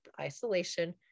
isolation